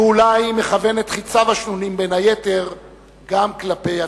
ואולי מכוון את חציו השנונים בין היתר גם כלפי עצמו.